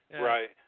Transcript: Right